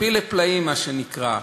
פלאי פלאים, מה שנקרא.